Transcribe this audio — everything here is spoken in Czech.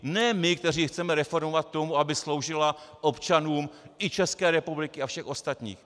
Ne my, kteří ji chceme reformovat k tomu, aby sloužila občanům i České republiky a všem ostatním.